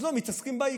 אז לא מתעסקים בעיקר: